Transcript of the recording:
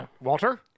Walter